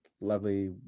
lovely